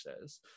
says